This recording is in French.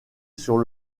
sur